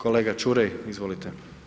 Kolega Ćuraj, izvolite.